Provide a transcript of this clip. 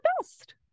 best